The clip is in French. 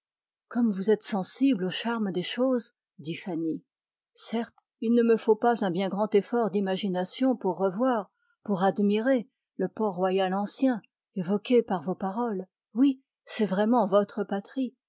comme vous êtes sensible au charme des choses dit fanny certes il ne me faut pas un bien grand effort d'imagination pour revoir pour admirer le port-royal ancien évoqué par vos paroles oui c'est vraiment votre patrie